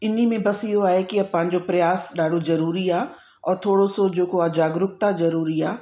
इन में बस इहो आहे कि पंहिंजो प्रयास ॾाढो ज़रूरी आहे और थोरो सो जेको आहे जागरुकता ज़रूरी आहे